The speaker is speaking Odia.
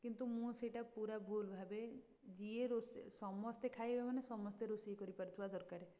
କିନ୍ତୁ ମୁଁ ସେଇଟା ପୁରା ଭୁଲ୍ ଭାବେ ଯିଏ ରୋଷେଇ ସମସ୍ତେ ଖାଇବେ ମାନେ ସମସ୍ତେ ରୋଷେଇ କରିପାରୁଥିବା ଦରକାର